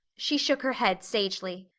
she shook her head sagely.